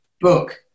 book